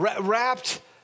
Wrapped